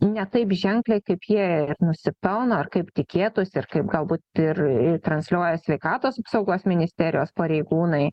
ne taip ženkliai kaip jie nusipelno ar kaip tikėtųsi ir kaip galbūt ir transliuoja sveikatos apsaugos ministerijos pareigūnai